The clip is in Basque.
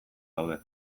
daude